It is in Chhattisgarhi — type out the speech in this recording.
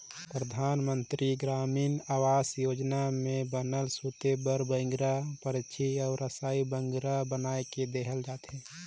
परधानमंतरी गरामीन आवास योजना में बनल सूते कर बइंगरा, परछी अउ रसई बइंगरा बनाए के देहल जाथे